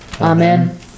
Amen